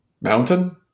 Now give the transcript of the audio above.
Mountain